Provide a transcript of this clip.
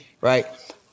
right